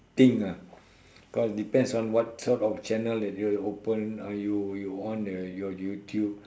think lah because depends on what sort of channel that you open uh you you on the your YouTube